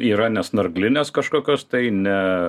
yra ne snarglinės kažkokios tai ne